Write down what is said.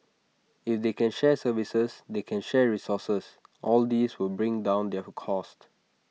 if they can share services they can share resources all these will bring down their cost